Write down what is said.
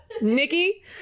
Nikki